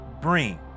bring